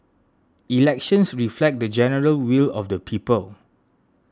elections reflect the general will of the people